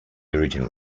original